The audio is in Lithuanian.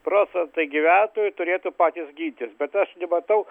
procentai gyventojų turėtų patys gintis bet aš nematau